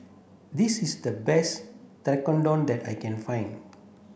this is the best Tekkadon that I can find